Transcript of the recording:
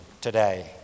today